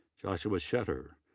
joshua shetter,